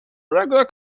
regular